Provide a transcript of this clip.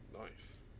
Nice